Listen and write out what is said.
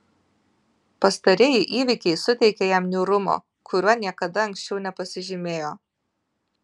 pastarieji įvykiai suteikė jam niūrumo kuriuo niekada anksčiau nepasižymėjo